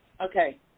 Okay